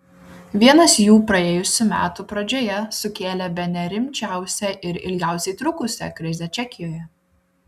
vienas jų praėjusių metų pradžioje sukėlė bene rimčiausią ir ilgiausiai trukusią krizę čekijoje